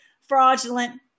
fraudulent